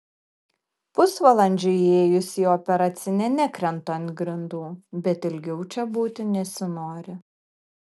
pusvalandžiui įėjus į operacinę nekrentu ant grindų bet ilgiau čia būti nesinori